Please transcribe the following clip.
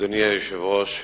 אדוני היושב-ראש,